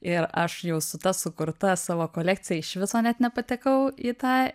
ir aš jau su ta sukurta savo kolekcija iš viso net nepatekau į tą